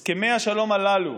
הסכמי השלום הללו